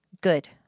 Good